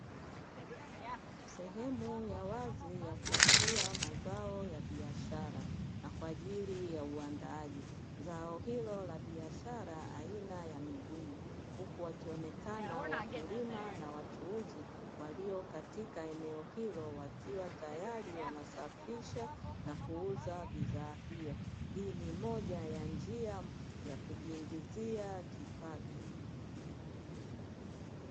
Sehemu ya wazi ya kuuzia mazao ya biashara na kwa ajili ya uandaaji zao hilo la biashara aina ya mibuyu huku wakionekana wakulima na wachuuzi walio katika eneo hilo wakiwa tayari wanasafisha na kuuza bidhaa hiyo. Hii ni moja ya njia ya kujiingizia kipato.